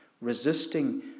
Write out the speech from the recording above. resisting